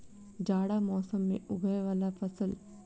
जाड़ा मौसम मे उगवय वला फसल?